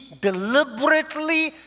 deliberately